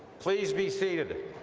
please be seated.